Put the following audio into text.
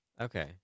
Okay